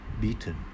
beaten